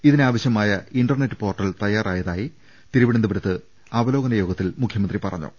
ഇതിനാവശ്യമായ internet portal തയാറായതായി തിരുവനന്തപുരത്ത് ചേർന്ന അവലോകന യോഗത്തിൽ മുഖ്യമന്ത്രി പറഞ്ഞു